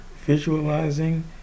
visualizing